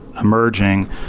emerging